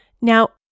Now